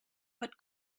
but